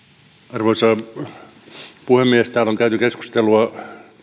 arvoisa puhemies täällä on käyty keskustelua